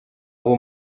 abo